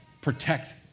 protect